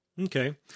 Okay